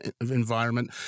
environment